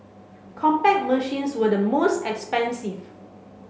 Compaq machines were the most expensive